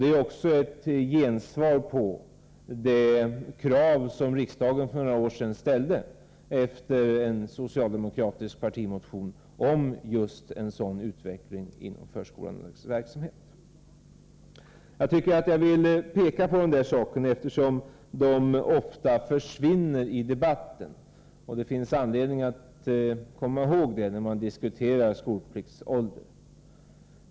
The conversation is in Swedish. Det är också ett gensvar på det krav som riksdagen för några år sedan ställde efter en socialdemokratisk partimotion om just en sådan utveckling inom förskolans verksamhet. Jag ville peka på dessa saker, eftersom de ofta försvinner i debatten. Det finns anledning att komma ihåg det när man diskuterar skolpliktsålder.